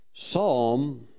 Psalm